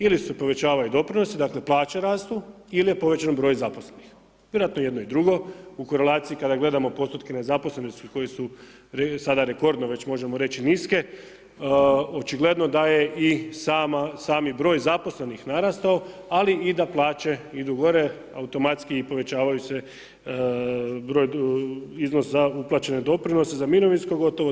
Ili se povećavaju doprinosi, dakle, plaće rastu ili je povećan broj zaposlenih, vjerojatno i jedno i drugo, u korelaciji kada gledamo postotke nezaposlene, koji su sada rekordno, možemo reći niske, očigledno da je i sami broj zaposlenih narastao, ali i da plaće idu gore, automatski povećavaju se broj, iznos za uplaćene doprinose, za mirovinsko gotovo 3%